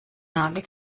nagel